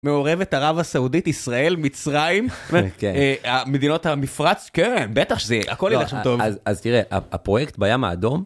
מעורבת ערב הסעודית, ישראל, מצרים, מדינות המפרץ, כן, בטח שזה, הכל ילך שם טוב. אז תראה, הפרויקט בים האדום...